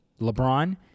LeBron